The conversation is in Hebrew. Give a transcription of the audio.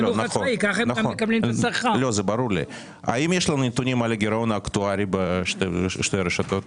האם יש לנו נתונים על הגירעון האקטוארי בשתי הרשתות?